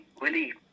Willie